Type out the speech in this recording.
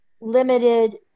limited